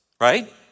right